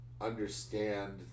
understand